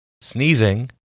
sneezing